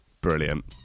brilliant